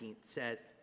says